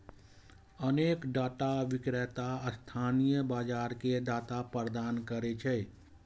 अनेक डाटा विक्रेता स्थानीय बाजार कें डाटा प्रदान करै छै